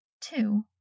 Two